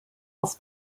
auf